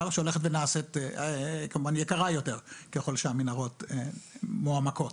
שהולכת ונעשית כמובן יקרה יותר ככל שהמנהרות מועמקות,